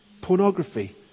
pornography